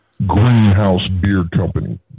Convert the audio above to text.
GreenhouseBeardCompany